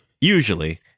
usually